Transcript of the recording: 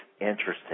interesting